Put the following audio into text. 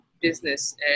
business